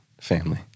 family